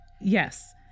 yes